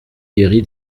guéri